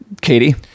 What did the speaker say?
Katie